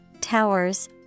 towers